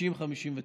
59:60,